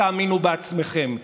תאמינו בעצמכם,